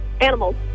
Animals